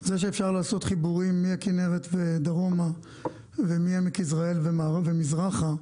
זה שאפשר לעשות חיבורים מהכנרת ודרומה ומעמק יזרעאל ומזרחה,